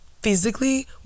physically